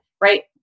right